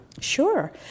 Sure